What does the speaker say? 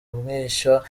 umwishywa